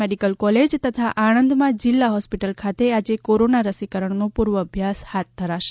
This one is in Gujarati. મેડિકલ કોલેજ તથા આણંદમાં જિલ્લા હોસ્પિટલ ખાતે આજે કોરોના રસીકરણનો પૂર્વઅભ્યાસ આજે હાથ ધરાશે